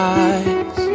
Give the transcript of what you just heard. eyes